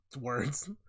words